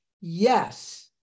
Yes